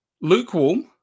lukewarm